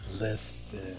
Listen